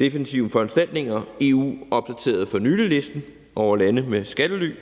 defensive foranstaltninger. EU opdaterede for nylig listen over skattelylande,